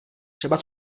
třeba